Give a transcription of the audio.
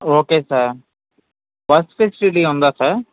ఒకే sir bus facility ఉందా sir